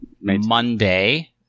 Monday